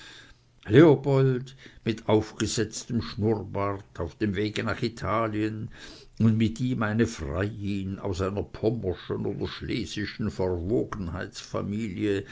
leopold mit aufgesetztem schnurrbart auf dem wege nach italien und mit ihm eine freiin aus einer pommerschen oder schlesischen